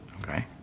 Okay